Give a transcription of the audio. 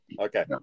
okay